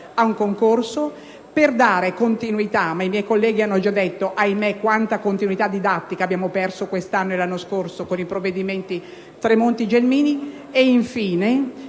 a un concorso; per dare continuità didattica (tuttavia, i miei colleghi hanno già spiegato - ahimè - quanta continuità didattica abbiamo perso quest'anno e l'anno scorso con i provvedimenti Tremonti-Gelmini); infine,